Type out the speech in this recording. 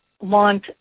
want